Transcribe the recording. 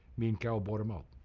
me and carol bought him out.